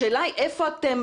השאלה היא איפה אתם?